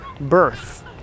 birth